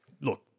look